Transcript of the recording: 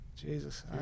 Jesus